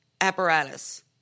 apparatus